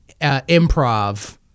improv